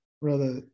Brother